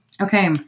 Okay